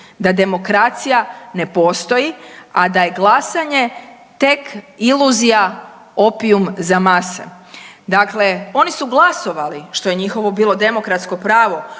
da demokracija ne postoji, a da je glasanje tek iluzija opijum za mase. Dakle, oni su glasovali, što je njihovo bilo demokratsko pravo